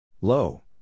Low